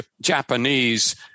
Japanese